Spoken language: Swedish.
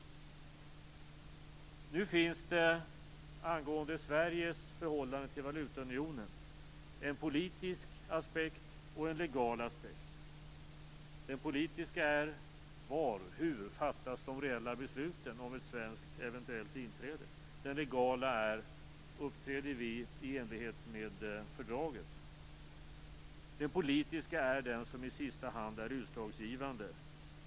Det finns angående Sveriges förhållande till valutaunionen en politisk aspekt och en legal aspekt. Den politiska är. Var och hur fattas de reella besluten om ett svenskt eventuellt inträde? Den legala är: Uppträder vi i enlighet med fördraget? Den politiska är den som i sista hand är utslagsgivande.